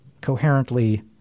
coherently